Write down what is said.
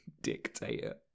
dictator